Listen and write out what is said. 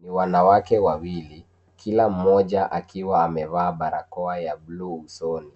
Ni wanawake wawili kila mmoja akiwa amevaa barakoa ya blue usoni